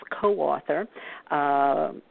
co-author